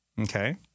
Okay